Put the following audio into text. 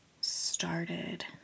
started